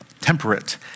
temperate